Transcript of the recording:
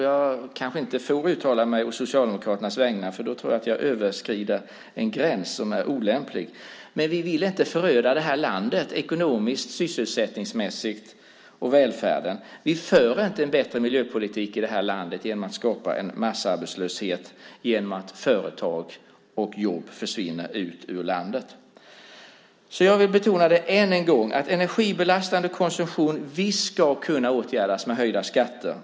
Jag kanske inte får uttala mig å Socialdemokraternas vägnar. Då tror jag att jag överskrider en gräns som är olämplig att överskrida. Men vi vill inte föröda det här landet ekonomiskt, sysselsättningsmässigt och förstöra välfärden. Vi för inte en bättre miljöpolitik i det här landet genom att skapa en massarbetslöshet genom att företag och jobb försvinner ut ur landet. Jag vill än en gång betona att energibelastande konsumtion visst ska kunna åtgärdas med höjda skatter.